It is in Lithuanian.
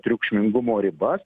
triukšmingumo ribas